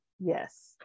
Yes